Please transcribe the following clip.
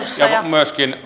sananvapaus ja myöskin